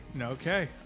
Okay